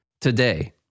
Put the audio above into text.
today